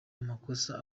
amakosa